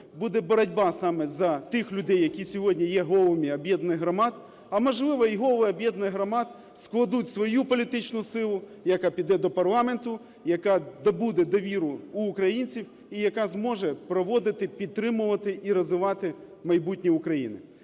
буде боротьба саме за тих людей, які сьогодні є головами об'єднаних громад. А можливо, і голови об'єднаних громад складуть свою політичну силу, яка піде до парламенту, яка добуде довіру у українців і яка зможе проводити, підтримувати і розвивати майбутнє України.